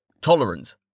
Tolerance